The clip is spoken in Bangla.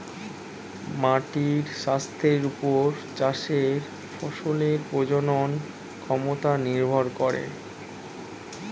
মাটির স্বাস্থ্যের ওপর চাষের ফসলের প্রজনন ক্ষমতা নির্ভর করে